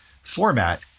Format